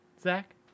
Zach